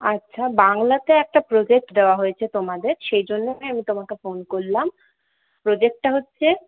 আচ্ছা বাংলাতে একটা প্রোজেক্ট দেওয়া হয়েছে তোমাদের সেই জন্যেই আমি তোমাকে ফোন করলাম প্রোজেক্টটা হচ্ছে